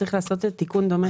צריך לעשות תיקון דומה,